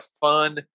fun